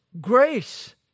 grace